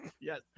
Yes